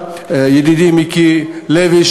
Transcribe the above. ידידי מיקי לוי,